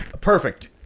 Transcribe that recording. Perfect